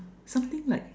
something like